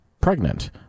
pregnant